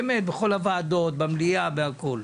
באמת, בכל הוועדות, במליאה, בכול.